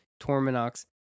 torminox